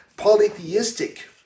polytheistic